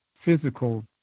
physical